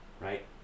Right